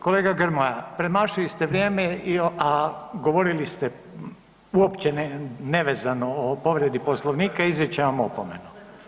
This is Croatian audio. Kolega Grmoja premašili ste vrijeme, a govorili ste uopće nevezano o povredi Poslovnika, izričem vam opomenu.